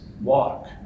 walk